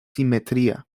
simetria